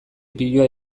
piloa